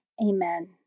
Amen